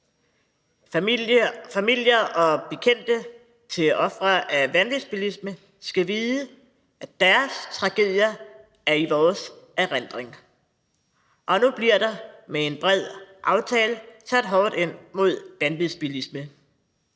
Familier og bekendte til ofre for vanvidsbilisme skal vide, at deres tragedier er i vores erindring. Og nu bliver der med en bred aftale sat hårdt ind mod vanvidsbilisme.